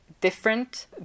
different